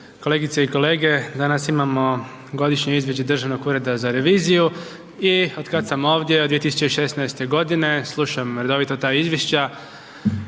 Kolegice i kolege, danas imamo godišnje izvješće Državnog ureda za reviziju i otkad sam ovdje od 2016.g. slušam redovito ta izvješća